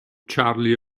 charlie